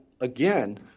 again